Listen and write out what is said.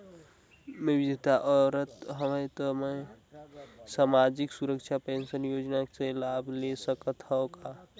मैं विधवा औरत हवं त मै समाजिक सुरक्षा पेंशन योजना ले लाभ ले सकथे हव का?